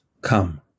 come